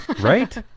Right